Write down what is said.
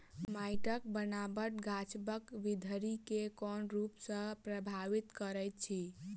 माइटक बनाबट गाछसबक बिरधि केँ कोन रूप सँ परभाबित करइत अछि?